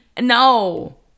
No